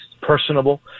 personable